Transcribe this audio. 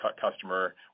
customer